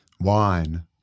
wine